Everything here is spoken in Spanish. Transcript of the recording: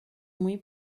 muy